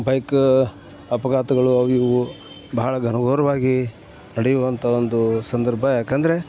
bike ಅಪಘಾತಗಳು ಅವು ಇವು ಬಹಳ ಘನಘೋರವಾಗಿ ನಡೆಯುವಂಥ ಒಂದು ಸಂದರ್ಭ ಯಾಕೆಂದ್ರೆ